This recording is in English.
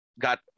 got